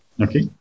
Okay